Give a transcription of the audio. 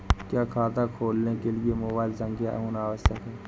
क्या खाता खोलने के लिए मोबाइल संख्या होना आवश्यक है?